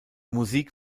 musik